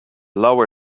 lower